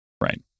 right